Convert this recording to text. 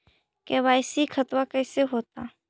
KYC खतबा कैसे होता?